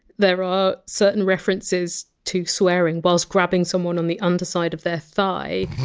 there are certain references to swearing whilst grapping someone on the underside of their thigh,